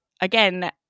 again